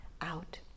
out